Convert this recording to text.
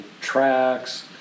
tracks